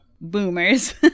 boomers